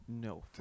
No